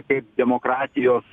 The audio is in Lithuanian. kaip demokratijos